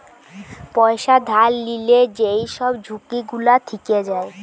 পয়সা ধার লিলে যেই সব ঝুঁকি গুলা থিকে যায়